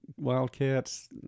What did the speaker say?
Wildcats